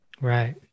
Right